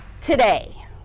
today